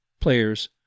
players